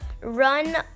run